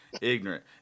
ignorant